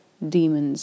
demons